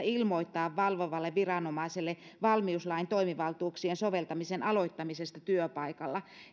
ilmoittaa valvovalle viranomaiselle valmiuslain toimivaltuuksien soveltamisen aloittamisesta työpaikalla